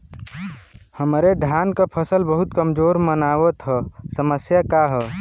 हमरे धान क फसल बहुत कमजोर मनावत ह समस्या का ह?